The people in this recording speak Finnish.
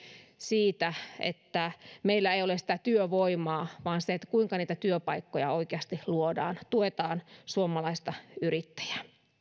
siitä että meillä ei ole sitä työvoimaa vaan siitä kuinka niitä työpaikkoja oikeasti luodaan tuetaan suomalaista yrittäjää